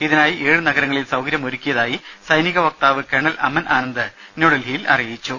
ഇതിനായി ഏഴ് നഗരങ്ങളിൽ സൌകര്യമൊരുക്കിയതായി സൈനിക വക്താവ് കേണൽ അമൻ ആനന്ദ് ന്യൂഡൽഹിയിൽ അറിയിച്ചു